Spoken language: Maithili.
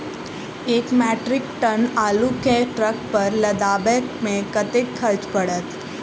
एक मैट्रिक टन आलु केँ ट्रक पर लदाबै मे कतेक खर्च पड़त?